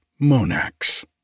Monax